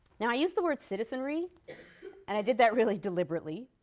now i use the word citizenry and i did that really deliberately,